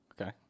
Okay